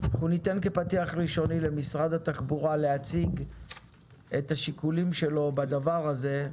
כפתיח ראשוני למשרד התחבורה להציג את השיקולים שלו בדבר הזה,